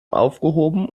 aufgehoben